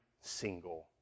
single